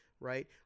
Right